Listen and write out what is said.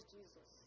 Jesus